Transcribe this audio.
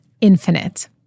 infinite